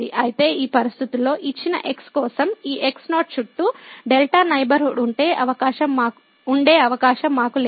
అయితే ఈ పరిస్థితిలో ఇచ్చిన x కోసం ఈ x0 చుట్టూ δ నైబర్హుడ్ ఉండే అవకాశం మాకు లేదు